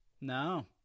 no